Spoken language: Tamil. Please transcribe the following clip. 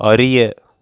அறிய